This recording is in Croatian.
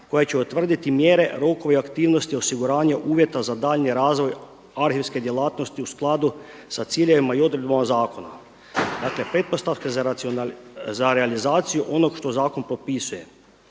koja će utvrditi mjere, rokove i aktivnosti osiguranja uvjeta za daljnji razvoj arhivske djelatnosti u skladu sa ciljevima i odredbama zakona. Dakle pretpostavka za realizaciju onog što zakon potpisuje.